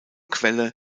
quelle